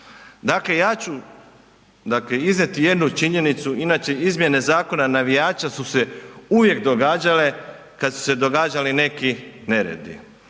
Dakle, ja ću iznijeti jednu činjenicu. Inače izmjene Zakona navijača su se uvijek događale kada su se događali neki neredi.